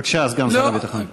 בבקשה, סגן שר הביטחון.